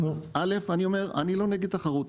אל"ף אני אומר, אני לא נגד תחרות.